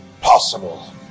possible